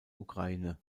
ukraine